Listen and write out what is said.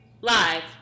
Live